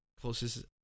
closest